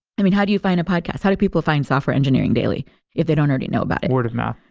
i mean, how do you find a podcast? how do people find software engineering daily if they don't already know about it? word of mouth.